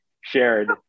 shared